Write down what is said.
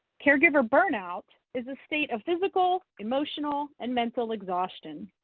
caregiver burnout is a state of physical, emotional and mental exhaustion.